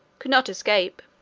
could not escape.